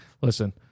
Listen